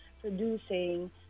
producing